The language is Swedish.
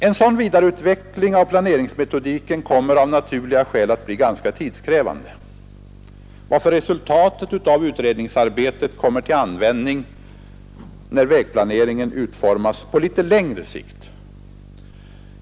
En sådan vidareutveckling av planeringsmetodiken kommer av naturliga skäl att bli tidskrävande, varför resultatet av utvecklingsarbetet kommer till användning när vägplaneringen utformas på litet längre sikt.